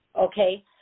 okay